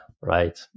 Right